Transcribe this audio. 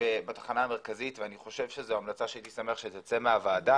בתחנה המרכזית ואני חושב שזו המלצה שהייתי שמח שתצא מהוועדה,